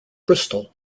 bristol